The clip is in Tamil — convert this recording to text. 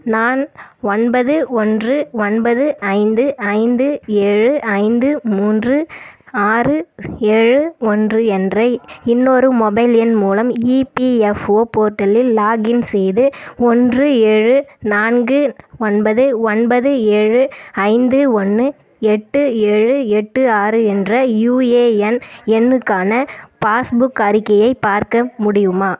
நான் ஒன்பது ஒன்று ஒன்பது ஐந்து ஐந்து ஏழு ஐந்து மூன்று ஆறு ஏழு ஒன்று என்ற இன்னொரு மொபைல் எண் மூலம் இபிஎஃப்ஒ போர்ட்டலில் லாக்இன் செய்து ஒன்று ஏழு நான்கு ஒன்பது ஒன்பது ஏழு ஐந்து ஒன்று எட்டு ஏழு எட்டு ஆறு என்ற யுஏஎன் எண்ணுக்கான பாஸ் புக் அறிக்கையை பார்க்க முடியுமா